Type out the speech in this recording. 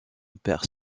père